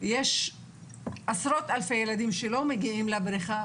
יש עשרות אלפי ילדים שלא מגיעים לבריכה,